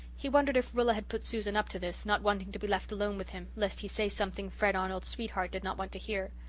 he wondered if rilla had put susan up to this, not wanting to be left alone with him, lest he say something fred arnold's sweetheart did not want to hear.